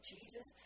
Jesus